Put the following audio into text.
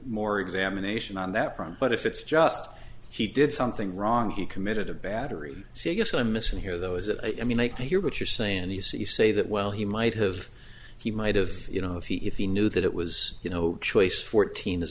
more examination on that front but if it's just he did something wrong he committed a battery see i guess i'm missing here though is that i mean like i hear what you're saying and you see you say that well he might have he might have you know if he if he knew that it was you know choice fourteen as